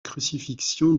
crucifixion